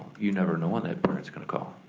you never know when that parent's gonna call.